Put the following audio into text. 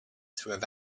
through